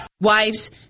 Wives